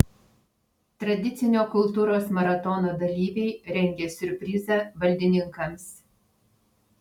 tradicinio kultūros maratono dalyviai rengia siurprizą valdininkams